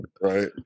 Right